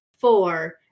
four